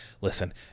listen